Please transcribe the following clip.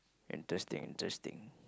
interesting interesting